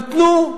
נתנו,